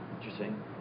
interesting